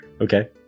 Okay